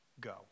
go